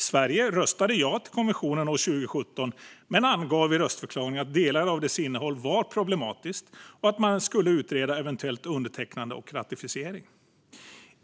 Sverige röstade ja till konventionen år 2017, men angav i röstförklaringen att delar av dess innehåll var problematiskt och att man skulle utreda eventuellt undertecknande och ratificering.